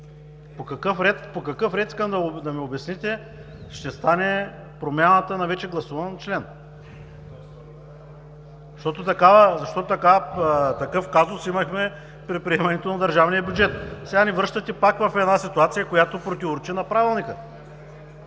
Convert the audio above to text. по какъв ред ще стане промяната на вече гласуван член? Защото такъв казус имахме при приемането на държавния бюджет. Сега пак ни връщате в една ситуация, която противоречи на Правилника.